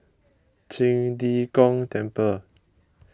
Qing De Gong Temple